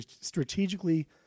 strategically